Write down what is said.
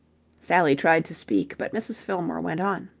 sally tried to speak, but mrs. fillmore went on.